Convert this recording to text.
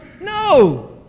No